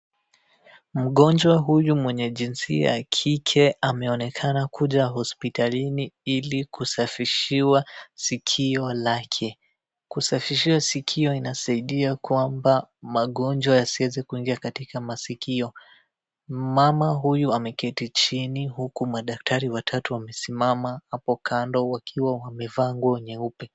Mgonjwa huyu mwenye jinsia ya kike ameonekana kuja hospitalini ili kusafishiwa sikio lake. Kusafishiwa sikio inasaidia kwamba magonjwa yasieze kuingia katika masikio. Mama huyu ameketi chini huku madaktari watatu wamesimama hapo kando wakiwa wamevaa nguo nyeupe.